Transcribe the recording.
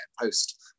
post